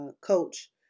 coach